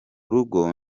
rugo